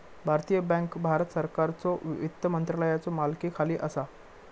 भारतीय बँक भारत सरकारच्यो वित्त मंत्रालयाच्यो मालकीखाली असा